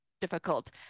difficult